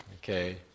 Okay